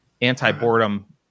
anti-boredom